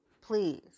please